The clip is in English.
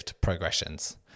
progressions